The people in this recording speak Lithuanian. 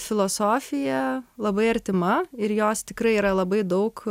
filosofija labai artima ir jos tikrai yra labai daug